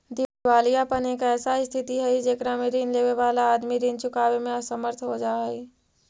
दिवालियापन एक ऐसा स्थित हई जेकरा में ऋण लेवे वाला आदमी ऋण चुकावे में असमर्थ हो जा हई